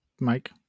Mike